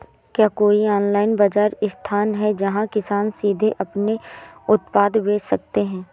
क्या कोई ऑनलाइन बाज़ार स्थान है जहाँ किसान सीधे अपने उत्पाद बेच सकते हैं?